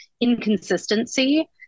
inconsistency